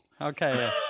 Okay